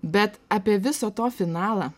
bet apie viso to finalą